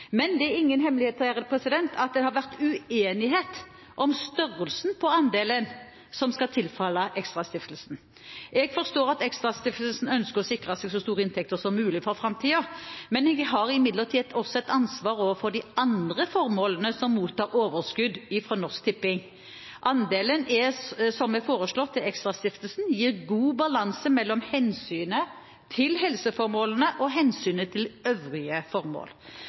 men jeg har imidlertid et ansvar også overfor de andre formålene som mottar overskudd fra Norsk Tipping. Andelen som er foreslått til ExtraStiftelsen, gir god balanse mellom hensynet til helseformålene og hensynet til øvrige formål.